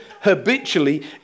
habitually